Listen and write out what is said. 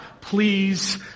please